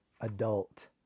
adult